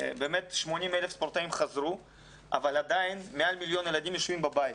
80,000 ספורטאים חזרו אבל עדיין מעל מיליון ילדים יושבים בבית.